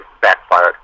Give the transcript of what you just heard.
backfired